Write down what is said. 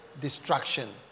destruction